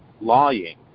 lying